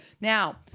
Now